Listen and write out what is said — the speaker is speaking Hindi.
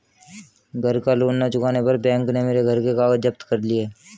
घर का लोन ना चुकाने पर बैंक ने मेरे घर के कागज जप्त कर लिए